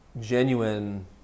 genuine